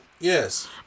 yes